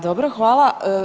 Dobro, hvala.